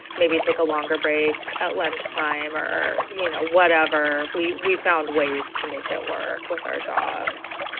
maybe take a longer break at lunchtime or, you know, whatever. we we found ways to make it work with our jobs.